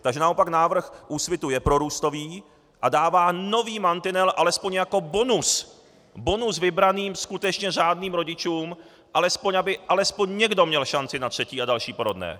Takže naopak návrh Úsvitu je prorůstový a dává nový mantinel alespoň jako bonus, bonus vybraným, skutečně řádným rodičům, aby alespoň někdo měl šanci na třetí a další porodné.